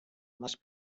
must